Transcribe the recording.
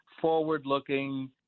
forward-looking